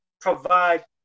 provide